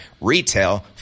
retail